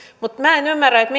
mutta minä en ymmärrä että